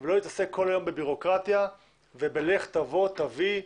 ולא להתעסק כל היום בבירוקרטיה ולך תבוא ותביא,